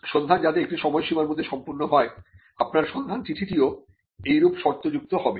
সন্ধান যাতে একটি সময়সীমার মধ্যে সম্পন্ন হয় আপনার সন্ধান চিঠিটিও এরূপ শর্তযুক্ত হবে